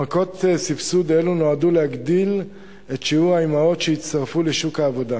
העמקות סבסוד אלו נועדו להגדיל את שיעור האמהות שיצטרפו לשוק העבודה